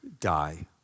die